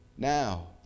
Now